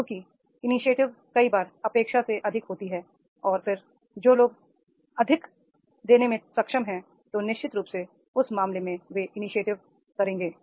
क्योंकि इनीशिएटिव कई बार अपेक्षा से अधिक होती है और फिर जो लोग अधिक देने में सक्षम हैं तो निश्चित रूप से उस मामले में वे इनीशिएटिव करेंगे